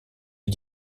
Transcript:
est